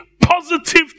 positive